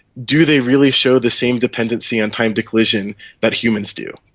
do they really show the same dependency on time-to-collision that humans do?